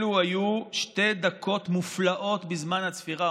אלו היו שתי דקות מופלאות בזמן הצפירה,